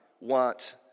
want